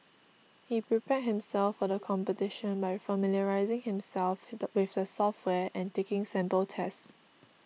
he prepare himself for the competition by familiarising himself with the software and taking sample tests